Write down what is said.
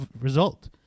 result